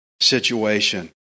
situation